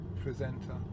presenter